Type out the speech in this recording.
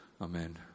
Amen